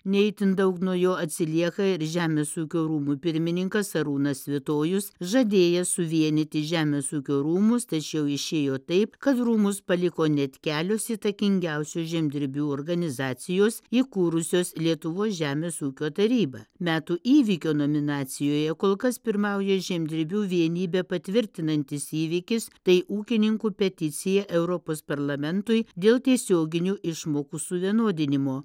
ne itin daug nuo jo atsilieka ir žemės ūkio rūmų pirmininkas arūnas svitojus žadėjęs suvienyti žemės ūkio rūmus tačiau išėjo taip kad rūmus paliko net kelios įtakingiausių žemdirbių organizacijos įkūrusios lietuvos žemės ūkio tarybą metų įvykio nominacijoje kol kas pirmauja žemdirbių vienybę patvirtinantis įvykis tai ūkininkų peticiją europos parlamentui dėl tiesioginių išmokų suvienodinimo